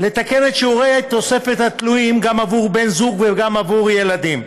לתקן את שיעורי תוספת התלויים גם עבור בן זוג וגם עבור ילדים,